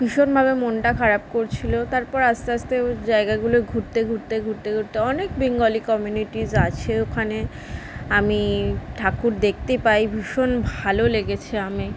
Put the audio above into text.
ভীষণভাবে মনটা খারাপ করছিলো তারপর আস্তে আস্তে ওই জায়গাগুলো ঘুরতে ঘুরতে ঘুরতে ঘুরতে অনেক বেঙ্গলি কমিউনিটিস আছে ওখানে আমি ঠাকুর দেখতে পাই ভীষণ ভালো লেগেছে আমি